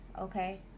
okay